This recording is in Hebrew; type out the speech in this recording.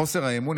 חוסר האמון,